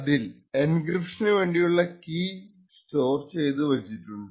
അതിൽ എൻക്രിപ്ഷനു വേണ്ടിയുള്ള കീ സ്റ്റോർ ചെയ്തു വച്ചിട്ടുണ്ട്